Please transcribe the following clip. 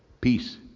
Peace